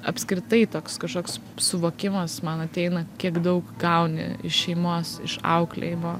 apskritai toks kažkoks suvokimas man ateina kiek daug gauni iš šeimos iš auklėjimo